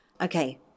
Okay